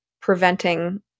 preventing